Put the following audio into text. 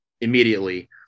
immediately